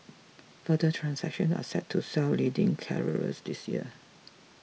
further transactions are set to swell leading carriers this year